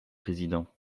président